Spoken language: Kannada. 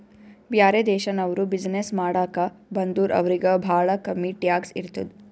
ಬ್ಯಾರೆ ದೇಶನವ್ರು ಬಿಸಿನ್ನೆಸ್ ಮಾಡಾಕ ಬಂದುರ್ ಅವ್ರಿಗ ಭಾಳ ಕಮ್ಮಿ ಟ್ಯಾಕ್ಸ್ ಇರ್ತುದ್